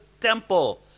temple